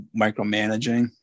micromanaging